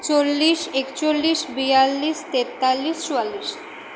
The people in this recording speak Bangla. চল্লিশ একচল্লিশ বিয়াল্লিশ তেতাল্লিশ চুয়াল্লিশ